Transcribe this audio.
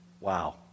wow